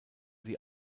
die